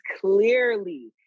clearly